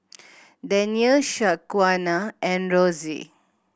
Danyel Shaquana and Rosy